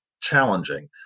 challenging